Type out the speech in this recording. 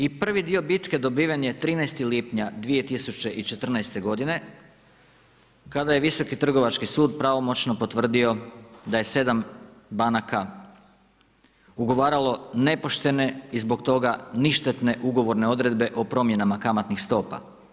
I prvi dio bitke dobiven je 13. lipnja 2014.g. kada je Visoki trgovački sud, pravomoćno potvrdio da je 7 banaka ugovaralo nepoštene i zbog toga ništetni ugovorne odredbe o promjenama kamatnih stopa.